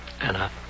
Anna